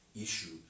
issue